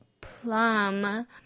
Plum